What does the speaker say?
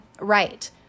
Right